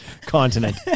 continent